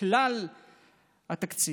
כלל התקציב,